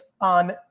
on